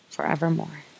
forevermore